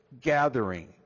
gathering